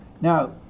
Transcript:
Now